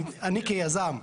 כיזם,